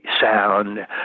sound